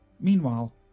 Meanwhile